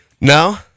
No